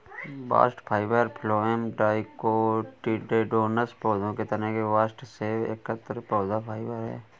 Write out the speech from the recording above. bast fibre phloem dicotyledonous पौधों के तने के बास्ट से एकत्र पौधा फाइबर है